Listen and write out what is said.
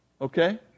Okay